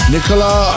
Nicola